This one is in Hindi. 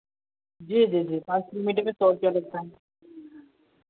जी जी पाँच किलोमीटर के सौ रुपया लगता है